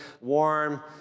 warm